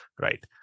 right